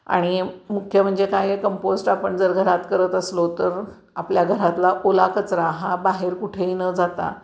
आणि मुख्य म्हणजे काय कंपोस्ट आपण जर घरात करत असलो तर आपल्या घरातला ओला कचरा हा बाहेर कुठेही न जाता